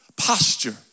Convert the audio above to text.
posture